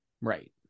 right